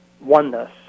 oneness